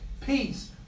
peace